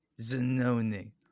Zanoni